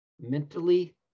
mentally